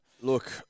Look